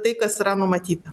tai kas yra numatyta